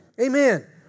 Amen